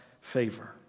favor